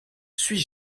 suis